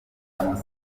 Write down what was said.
perezida